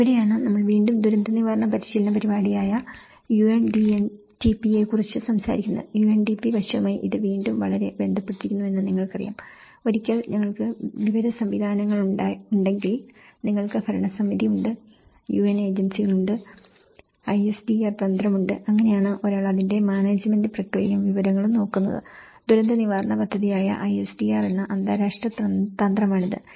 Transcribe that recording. ഇവിടെയാണ് നമ്മൾ വീണ്ടും ദുരന്തനിവാരണ പരിശീലന പരിപാടിയായ UNDMTP യെ കുറിച്ച് സംസാരിക്കുന്നത് UNDP വശവുമായി ഇത് വീണ്ടും വളരെ ബന്ധപ്പെട്ടിരിക്കുന്നുവെന്ന് നിങ്ങൾക്കറിയാം ഒരിക്കൽ ഞങ്ങൾക്ക് വിവര സംവിധാനങ്ങളുണ്ടെങ്കിൽ നിങ്ങൾക്ക് ഭരണ സമിതികളുണ്ട് നിങ്ങൾക്ക് യുഎൻ ഏജൻസികളുണ്ട് നിങ്ങൾക്ക് ISDR തന്ത്രമുണ്ട് അങ്ങനെയാണ് ഒരാൾ അതിന്റെ മാനേജ്മെന്റ് പ്രക്രിയയും വിവരങ്ങളും നോക്കുന്നത് ദുരന്തനിവാരണ പദ്ധതിയായ ISDR എന്ന അന്താരാഷ്ട്ര തന്ത്രമാണിത്